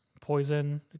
poison